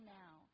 now